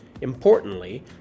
Importantly